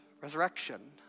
resurrection